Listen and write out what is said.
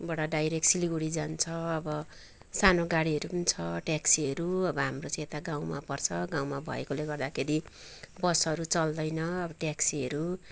बाट डाइरेक्ट सिलागढी जान्छ अब सानो गाडीहरू पनि छ ट्याक्सीहरू अब हाम्रो चाहिँ यता गाउँमा पर्छ गाउँमा भएकोले गर्दाखेरि बसहरू चल्दैन अब ट्याक्सीहरू